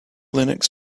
linux